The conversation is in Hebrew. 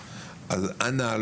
אנא,